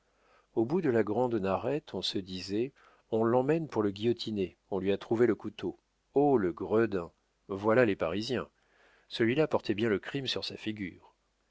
au bout de la grande narette on se disait on l'emmène pour le guillotiner on lui a trouvé le couteau oh le gredin voilà les parisiens celui-là portait bien le crime sur sa figure